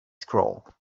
scroll